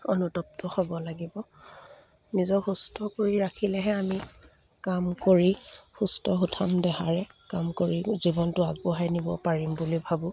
অনুতপ্ত হ'ব লাগিব নিজৰ সুস্থ কৰি ৰাখিলেহে আমি কাম কৰি সুস্থ সুঠাম দেহাৰে কাম কৰি জীৱনটো আগবঢ়াই নিব পাৰিম বুলি ভাবো